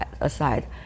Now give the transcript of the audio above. aside